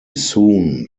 soon